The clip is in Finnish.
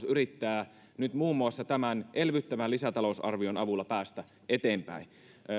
yrittää nyt muun muassa tämän elvyttävän lisätalousarvion avulla päästä eteenpäin